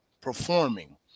performing